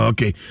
Okay